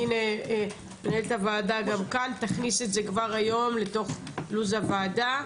מנהלת הוועדה תכניס את זה לתוך לו"ז הוועדה.